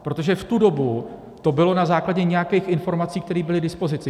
Protože v tu dobu to bylo na základě nějakých informací, které byly k dispozici.